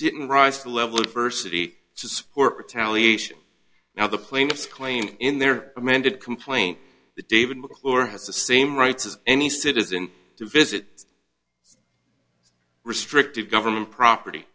didn't rise to the level of versity to support retaliation now the plaintiffs claim in their amended complaint that david mcclure has the same rights as any citizen to visit restrictive government property